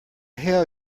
hell